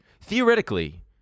Theoretically